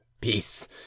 Peace